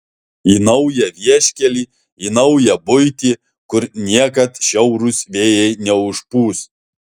į naują vieškelį į naują buitį kur niekad šiaurūs vėjai neužpūs